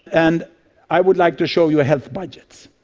and i would like to show you health budgets.